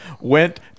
went